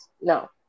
No